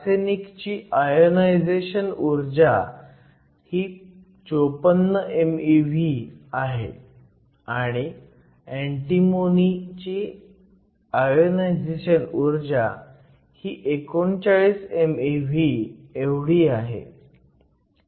आर्सेनिकची ionization ऊर्जा ही 54 mev आहे आणि अँटीमोनी ची आयोनायझेशन ऊर्जा ही 39 mev एवढी आहे